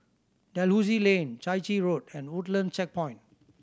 Dalhousie Lane Chai Chee Road and Woodland Checkpoint